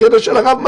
בכנס של הרב מזוז.